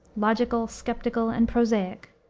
logical, skeptical, and prosaic,